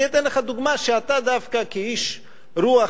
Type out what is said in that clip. אני אתן לך דוגמה שאתה דווקא, כאיש רוח